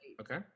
Okay